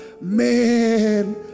Man